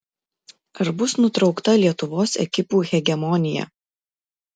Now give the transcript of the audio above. ar bus nutraukta lietuvos ekipų hegemonija